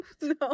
No